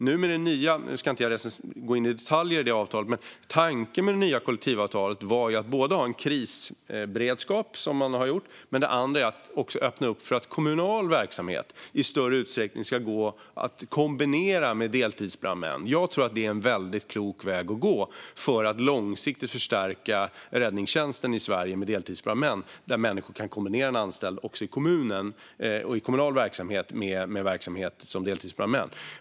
Nu ska jag inte gå in i detalj i det nya kollektivavtalet, men tanken med det var att både ha en krisberedskap och att också öppna upp för att kommunal verksamhet i större utsträckning ska gå att kombinera med uppgiften som deltidsbrandman. Jag tror att det är en väldigt klok väg att gå för att långsiktigt förstärka räddningstjänsten i Sverige med deltidsbrandmän att människor kan kombinera en anställning i kommunal verksamhet med verksamhet som deltidsbrandmän.